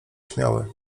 śmiały